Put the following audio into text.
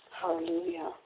Hallelujah